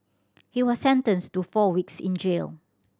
he was sentenced to four weeks in jail